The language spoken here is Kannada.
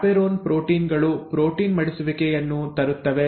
ಚಾಪೆರೋನ್ ಪ್ರೋಟೀನ್ ಗಳು ಪ್ರೋಟೀನ್ ಮಡಿಸುವಿಕೆಯನ್ನು ತರುತ್ತವೆ